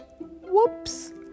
Whoops